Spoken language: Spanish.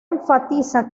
enfatiza